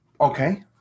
Okay